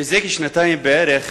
זה שנתיים בערך,